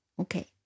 Okay